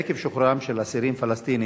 עקב שחרורם של אסירים פלסטינים